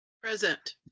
Present